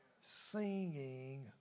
Singing